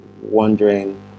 wondering